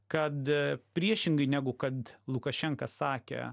kad priešingai negu kad lukašenka sakė